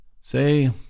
say